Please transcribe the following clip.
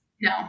No